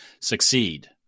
succeed